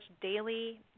daily